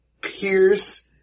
pierce